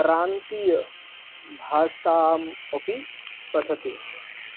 प्रान्तीयभाषाम् अपि पठति